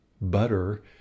butter